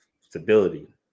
stability